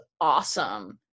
awesome